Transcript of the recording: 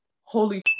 holy